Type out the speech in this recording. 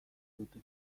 dute